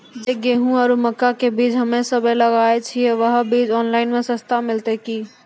जे गेहूँ आरु मक्का के बीज हमे सब लगावे छिये वहा बीज ऑनलाइन मे सस्ता मिलते की?